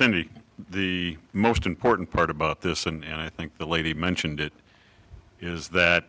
me the most important part about this and i think the lady mentioned it is that